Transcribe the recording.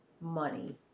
money